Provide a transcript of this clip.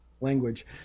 language